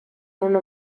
una